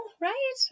right